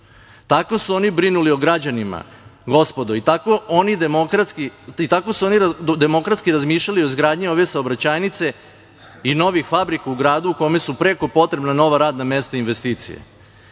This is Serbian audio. su oni brinuli o građanima, gospodo, i tako oni su oni demokratski razmišljali o izgradnji ove saobraćajnice i novih fabrika u gradu kome su prekopotrebna nova radna mesta i investicije.